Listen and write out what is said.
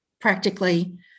practically